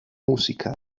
música